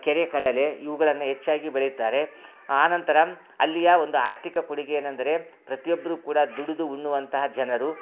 ಕೆರೆಕಡಲೆ ಇವುಗಳನ್ನು ಹೆಚ್ಚಾಗಿ ಬೆಳೆಯುತ್ತಾರೆ ಆನಂತರ ಅಲ್ಲಿಯ ಒಂದು ಆರ್ಥಿಕ ಕೊಡುಗೆ ಏನಂದ್ರೆ ಪ್ರತಿಯೊಬ್ರು ಕೂಡ ದುಡಿದು ಉಣ್ಣುವಂತಹ ಜನರು